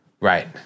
Right